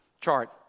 chart